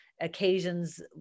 occasions